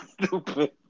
Stupid